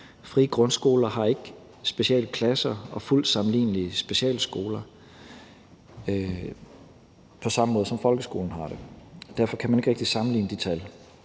Frie grundskoler har ikke specialklasser og fuldt sammenlignelige specialskoler på samme måde, som folkeskolen har det. Derfor kan man ikke rigtig sammenligne de tal.